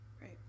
Right